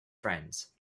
friends